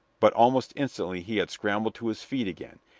but almost instantly he had scrambled to his feet again,